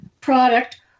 product